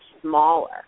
smaller